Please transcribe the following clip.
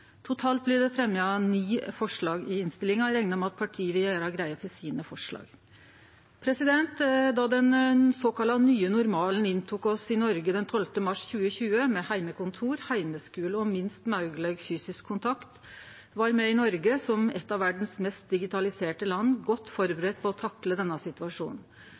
Totalt blir det fremja ni forslag i innstillinga, og eg reknar med at partia vil gjere greie for sine forslag. Da den såkalla nye normalen kom til oss i Noreg den 12. mars 2020, med heimekontor, heimeskule og minst mogleg fysisk kontakt, var me i Noreg, som eit av verdas mest digitaliserte land, godt førebudde på å takle denne situasjonen,